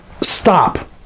Stop